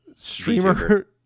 streamer